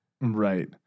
Right